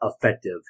effective